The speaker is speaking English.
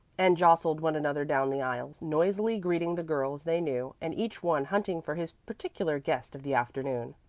and jostled one another down the aisles, noisily greeting the girls they knew and each one hunting for his particular guest of the afternoon.